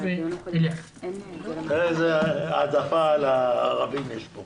כשראיתי שהכותרת היא על מד"א ושאלי בין כאן,